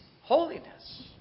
holiness